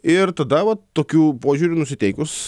ir tada va tokiu požiūriu nusiteikus